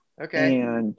Okay